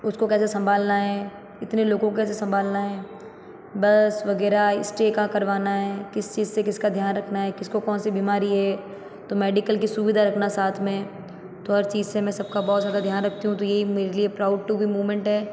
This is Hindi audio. उसको कैसे संभालना है इतने लोगों को कैसे संभालना है बस वगैरह स्टे कहाँ करवाना है किस चीज़ से किसका ध्यान रखना है किसको कौन सी बीमारी है तो मेडिकल की सुविधा रखना साथ में तो हर चीज़ से सबका बहुत ज़्यादा ध्यान रखती हूँ तो यही मेरे लिए प्राउड टु बी मूमेंट है